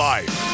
Life